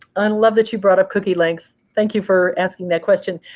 um love that you brought up cookie length. thank you for asking that question.